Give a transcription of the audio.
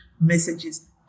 messages